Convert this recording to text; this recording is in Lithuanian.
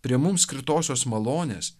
prie mum skirtosios malonės